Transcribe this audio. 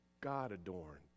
God-adorned